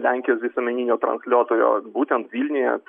lenkijos visuomeninio transliuotojo būtent vilniuje